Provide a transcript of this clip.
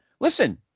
listen